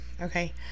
Okay